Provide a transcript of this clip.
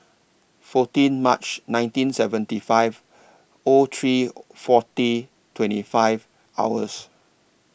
fourteen March nineteen seventy five O three forty twenty five hours